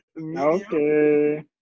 Okay